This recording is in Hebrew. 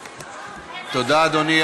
תודה, אדוני.